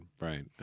right